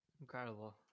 Incredible